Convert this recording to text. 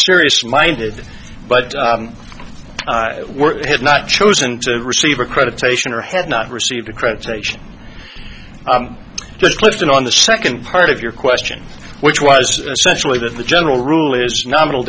serious minded but had not chosen to receive accreditation or have not received accreditation just listed on the second part of your question which was essentially that the general rule is nominal